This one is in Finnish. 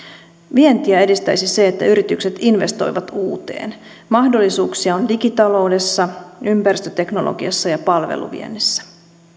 vientiä edistäisi se että yritykset investoivat uuteen mahdollisuuksia on digitaloudessa ympäristöteknologiassa ja palveluviennissä